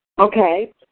Okay